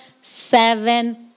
seven